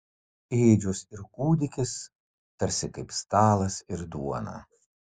ėdžios ir kūdikis tarsi kaip stalas ir duona